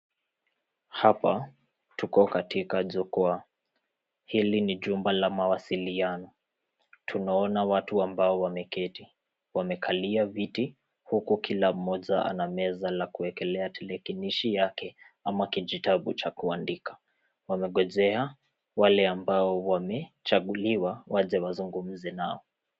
Hapa tuko katika jukwaa, hili ni jumba la mawasiliano tunaona watu ambao wameketi wamekalia viti huku kila mmoja anameza la kuekelea telekenishi yake ama kijitabu cha kuandika.